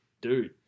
dude